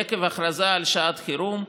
עקב הכרזה על שעת חירום,